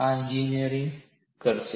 આ એન્જિનિયર્સ કરશે